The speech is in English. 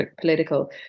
political